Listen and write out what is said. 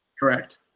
correct